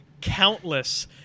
countless